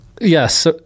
Yes